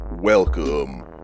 Welcome